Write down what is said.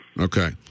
Okay